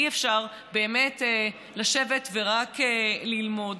אי-אפשר באמת לשבת ורק ללמוד.